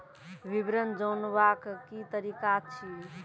विवरण जानवाक की तरीका अछि?